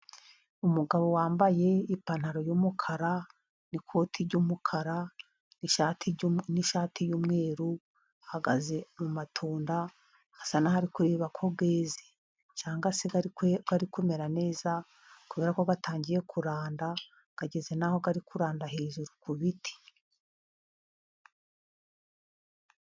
Umugabo wambaye ipantaro y'umukara n'ikoti ry'umukara n'ishati y'umweru, ahagaze mu matunda asa n'aho ari kureba ko yeze cyangwa se ari kumera neza, kubera ko atangiye kuranda, ageze n'aho ari kurada hejuru ku biti.